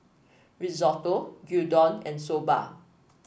Risotto Gyudon and Soba